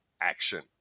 action